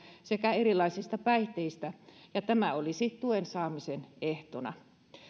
sekä erilaisista päihteistä ja että tämä olisi tuen saamisen ehtona